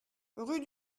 rue